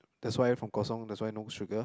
that's why from kosong that's why no sugar